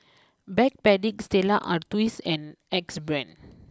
Backpedic Stella Artois and Axe Brand